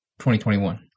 2021